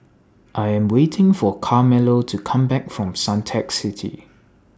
I Am waiting For Carmelo to Come Back from Suntec City